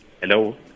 Hello